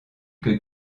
que